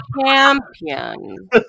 champion